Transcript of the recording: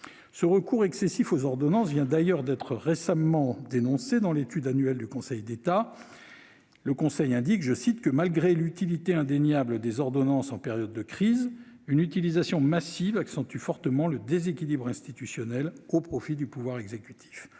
Ce recours excessif aux ordonnances vient d'ailleurs d'être dénoncé dans l'étude annuelle du Conseil d'État :« Malgré l'utilité indéniable des ordonnances en période de crise, une utilisation massive accentue fortement le déséquilibre institutionnel au profit du pouvoir exécutif ».